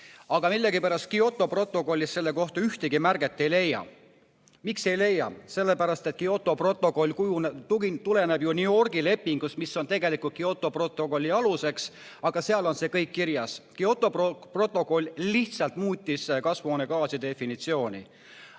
Aga millegipärast Kyoto protokollis selle kohta ühtegi märget ei leia. Miks ei leia? Sellepärast et Kyoto protokoll tuleneb ju New Yorgi lepingust, mis on tegelikult Kyoto protokolli aluseks, seal on see kõik kirjas. Kyoto protokoll lihtsalt muutis kasvuhoonegaaside definitsiooni.